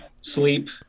Sleep